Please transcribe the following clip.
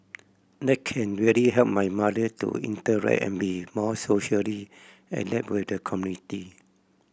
that can really help my mother to interact and be more socially adept with the community